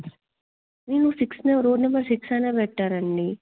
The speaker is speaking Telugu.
నేను సిక్స్ రోడ్ నెంబర్ సిక్స్ అనే పెట్టాను అండి